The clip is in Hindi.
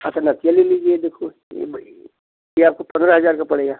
अच्छा नथिया ले लीजिए ये देखो ये भई ये आपको पन्द्रह हजार का पड़ेगा